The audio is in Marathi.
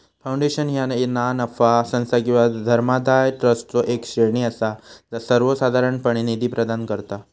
फाउंडेशन ह्या ना नफा संस्था किंवा धर्मादाय ट्रस्टचो येक श्रेणी असा जा सर्वोसाधारणपणे निधी प्रदान करता